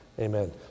Amen